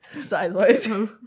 size-wise